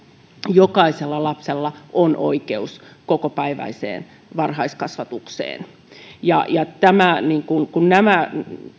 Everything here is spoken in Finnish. jokaisella lapsella on oikeus kokopäiväiseen varhaiskasvatukseen ja ja kun kun nämä